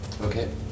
Okay